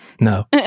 no